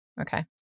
Okay